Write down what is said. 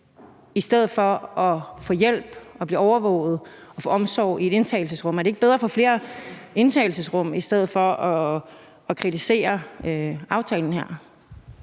i stedet for at få hjælp og blive overvåget og få omsorg i en indtagelsesrum? Var det ikke bedre at få flere indtagelsesrum i stedet for at kritisere aftalen her?